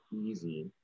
easy